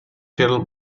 till